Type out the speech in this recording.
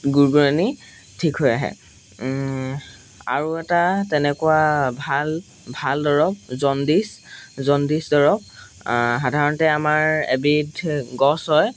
গুৰগুৰণি ঠিক হৈ আহে আৰু এটা তেনেকুৱা ভাল ভাল দৰৱ জণ্ডিচ জণ্ডিচ দৰৱ সাধাৰণতে আমাৰ এবিধ গছ হয়